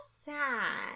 sad